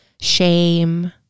shame